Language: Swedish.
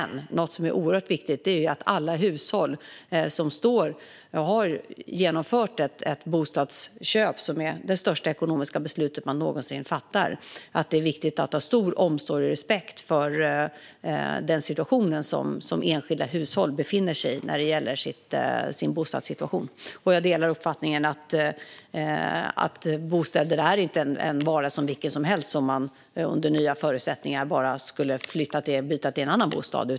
Något som är oerhört viktigt är dock att ha stor omsorg om och respekt för alla hushåll som har genomfört ett bostadsköp - som är det största ekonomiska beslut man någonsin fattar - och för den bostadssituation som enskilda hushåll befinner sig i. Jag delar uppfattningen att bostäder inte är en vara vilken som helst som man under nya förutsättningar bara kan byta mot en annan bostad.